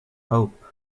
hope